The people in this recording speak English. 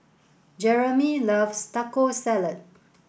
Jeramy loves Taco Salad